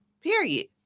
period